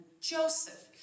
Joseph